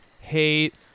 hate